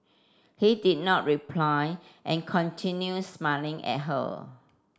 he did not reply and continued smiling at her